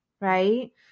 Right